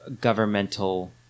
governmental